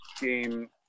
game